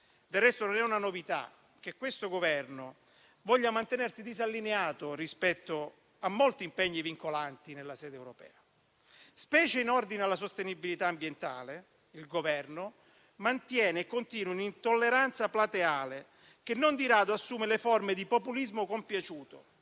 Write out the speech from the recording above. Del resto, non è una novità che questo Governo voglia mantenersi disallineato rispetto a molti impegni vincolanti nella sede europea. Specie in ordine alla sostenibilità ambientale, il Governo mantiene e continua una intolleranza plateale, che non di rado assume le forme di populismo compiaciuto